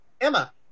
Emma